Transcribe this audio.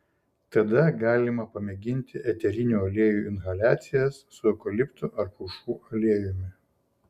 tada galima pamėginti eterinių aliejų inhaliacijas su eukaliptu ar pušų aliejumi